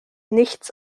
nichts